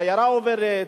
השיירה עוברת,